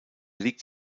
liegt